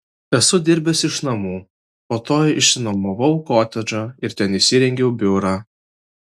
esu dirbęs iš namų po to išsinuomojau kotedžą ir ten įsirengiau biurą